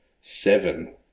seven